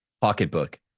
pocketbook